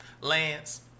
Lance